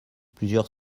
plusieurs